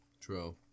True